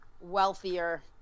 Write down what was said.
wealthier